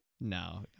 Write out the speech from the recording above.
no